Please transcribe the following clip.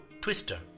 Twister